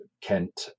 Kent